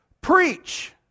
preach